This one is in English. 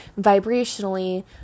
vibrationally